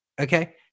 Okay